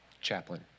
chaplain